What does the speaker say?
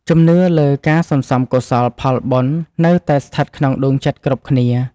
ជំនឿលើការសន្សំកុសលផលបុណ្យនៅតែស្ថិតក្នុងដួងចិត្តគ្រប់គ្នា។